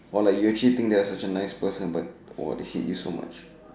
orh like you actually think they are such a nice person but orh they hate you so much